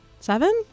seven